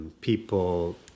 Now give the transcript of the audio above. people